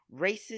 racist